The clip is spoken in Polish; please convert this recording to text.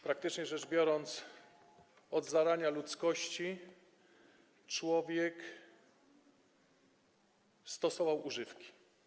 Praktycznie rzecz biorąc, od zarania ludzkości człowiek stosował używki.